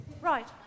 Right